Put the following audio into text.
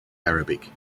arabic